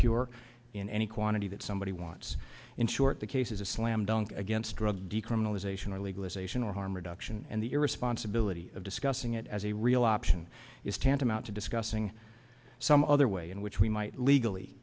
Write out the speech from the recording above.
pure in any quantity that somebody wants in short the case is a slam dunk against drug decriminalization and legalization or harm reduction and the irresponsibility of discussing it as a real option is tantamount to discussing some other way in which we might legally